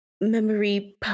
Memory